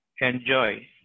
enjoy